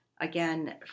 Again